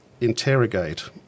interrogate